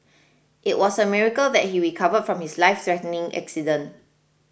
it was a miracle that he recovered from his lifethreatening accident